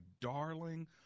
darling